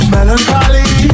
Melancholy